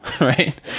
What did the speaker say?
right